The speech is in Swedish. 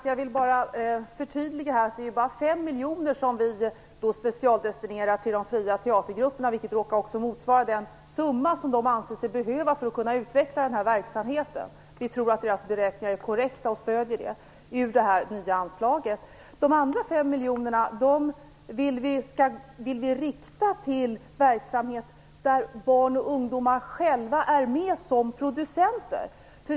Fru talman! Jag vill förtydliga att det bara är 5 miljoner som vi vill specialdestinera till de fria teatergrupperna. Det råkar också motsvara den summa som de behöver för att kunna utveckla denna verksamhet. Vi tror att deras beräkningar beträffande det nya anslaget är korrekta och stödjer dem. Vi vill rikta de andra 5 miljonerna till verksamhet där barn och ungdomar själva är med som producenter.